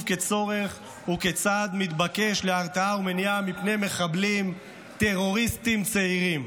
כצורך או כצעד מתבקש להרתעה ומניעה מפני מחבלים טרוריסטים צעירים.